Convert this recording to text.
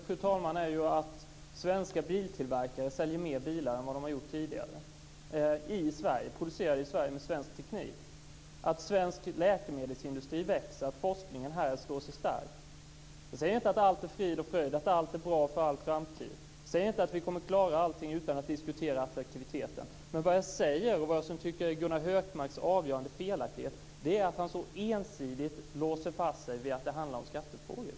Fru talman! Det som händer är att svenska biltillverkare säljer mer bilar än de har gjort tidigare, producerade i Sverige med svensk teknik, att svensk läkemedelsindustri växer, att forskningen på det området står stark. Jag säger inte att allt är frid och fröjd, att allt är bra för all framtid. Jag säger inte att vi kommer att klara allting utan att diskutera attraktiviteten. Men det jag säger och det jag tycker är att Gunnar Hökmarks avgörande felaktighet är att han så ensidigt låser fast sig vid att det handlar om skattefrågor.